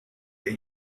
that